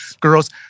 girls